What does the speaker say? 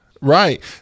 Right